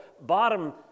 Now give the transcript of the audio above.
bottom